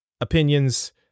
opinions